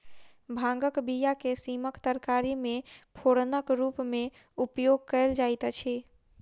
भांगक बीया के सीमक तरकारी मे फोरनक रूमे उपयोग कयल जाइत अछि